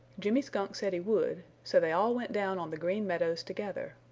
jimmy skunk said he would, so they all went down on the green meadows together,